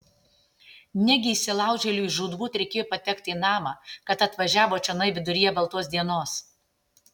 negi įsilaužėliui žūtbūt reikėjo patekti į namą kad atvažiavo čionai viduryje baltos dienos